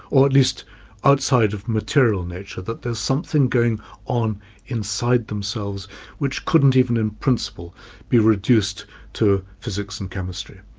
or at least outside of material nature, that there's something going on inside themselves which couldn't even in principle be reduced to physics and chemistry.